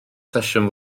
sesiwn